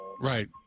right